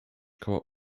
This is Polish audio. koło